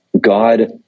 god